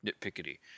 nitpickety